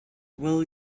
will